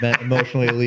emotionally